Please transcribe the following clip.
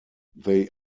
they